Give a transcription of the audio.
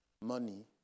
Money